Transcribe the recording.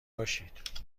باشید